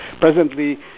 presently